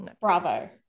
bravo